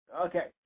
okay